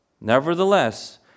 Nevertheless